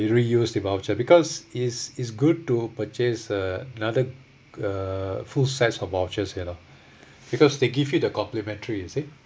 reuse the voucher because it's it's good to purchase uh another uh full sets of vouchers you know because they give you the complementary you see